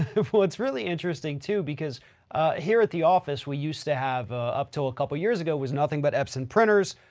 well, it's really interesting too because here at the office we used to have, up till a couple of years ago, was nothing but epson printers.